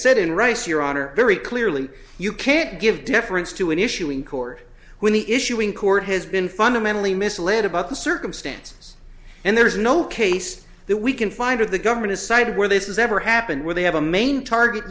said in rice your honor very clearly you can't give deference to an issue in court when the issuing court has been fundamentally misled about the circumstances and there's no case that we can find of the government side where this is ever happened where they have a main target